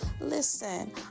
listen